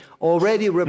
already